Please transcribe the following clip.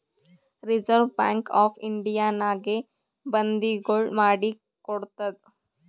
reserve bank of ಇಂಡಿಯಾನಾಗೆ ಬಂದಿಗೊಳ್ ಮಾಡಿ ಕೊಡ್ತಾದ್